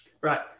Right